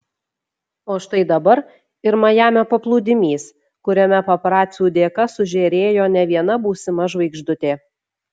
o štai dabar ir majamio paplūdimys kuriame paparacių dėka sužėrėjo ne viena būsima žvaigždutė